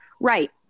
right